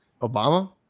Obama